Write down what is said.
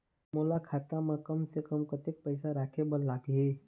मोला खाता म कम से कम कतेक पैसा रखे बर लगही?